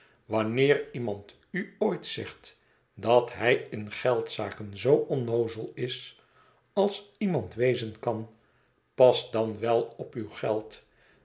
wanneer iemand u ooit zegt dat hij in geldzaken zoo onnoozel is als iemand wezen kan pas dan wel op uw geld